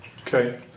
Okay